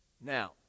Now